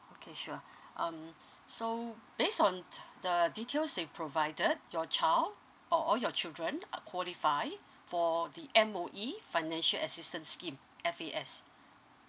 okay sure um so based on the details you provided your child or all your children are qualified for the M_O_E financial assistance scheme F_A_S